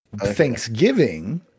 Thanksgiving